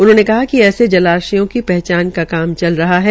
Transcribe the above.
उन्होंने कहा कि ऐसे जलाशयों की पहचान का कार्य चल रहा है